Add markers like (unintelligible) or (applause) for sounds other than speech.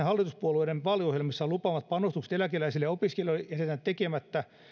(unintelligible) hallituspuolueiden vaaliohjelmissaan lupaamat keskeiset panostukset eläkeläisille ja opiskelijoille jätetään tekemättä